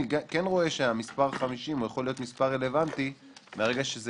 אני רואה שהמספר 50 יכול להיות מס' רלוונטי מהרגע שזה